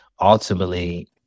ultimately